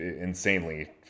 insanely